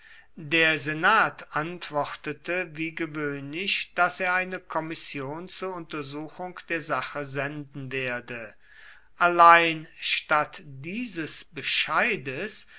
der senat antwortete wie gewöhnlich daß er eine kommission zur untersuchung der sache senden werde allein statt dieses bescheides